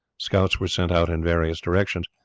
scouts were sent out in various directions,